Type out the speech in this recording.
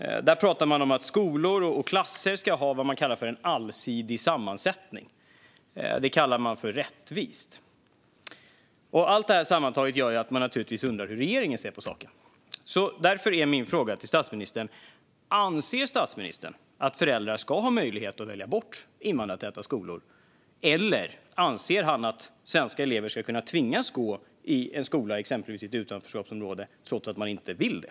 Där pratar man om att skolor och klasser ska ha vad man kallar en allsidig sammansättning. Det kallar man rättvist. Allt detta sammantaget gör naturligtvis att jag undrar hur regeringen ser på saken. Därför är min fråga till statsministern: Anser statsministern att föräldrar ska ha möjlighet att välja bort invandrartäta skolor, eller anser han att svenska elever ska kunna tvingas att gå i en skola, exempelvis i ett utanförskapsområde, trots att man inte vill det?